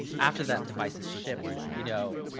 after that device is shipped, you know